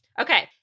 Okay